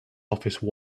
office